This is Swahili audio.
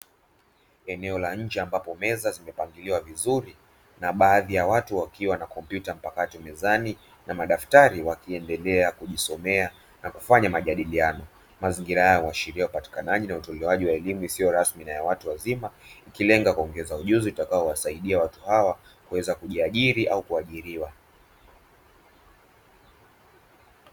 Eneo la nje ambapo meza zimepangiliwa vizuri na baadhi ya watu wakiwa na kompyuta mpakato mezani na madaftari wakiendelea kujisomea na kufanya majadiliano mazingira yao wa sheria ya upatikanaji na utolewaji wa elimu isiyo rasmi na ya watu wazima ikilenga kuongeza ujuzi utakaowasaidia watu hawa kuweza kujiajiri au kuajiriwa.